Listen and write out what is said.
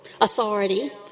authority